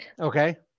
Okay